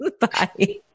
Bye